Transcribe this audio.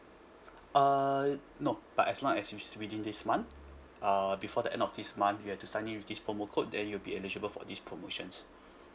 uh nope but as long as it's within this month uh before the end of this month you have to sign in with this promo code then you'll be eligible for these promotions